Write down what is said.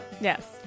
Yes